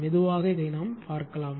மெதுவாக இதைப் பார்க்கலாம்